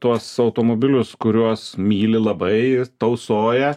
tuos automobilius kuriuos myli labai tausoja